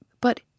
But